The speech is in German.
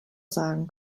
sagen